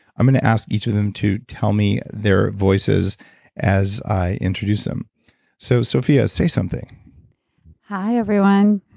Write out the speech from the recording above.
i'm going to ask each of them to tell me their voices as i introduce them so sophia, say something hi, everyone